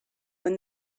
when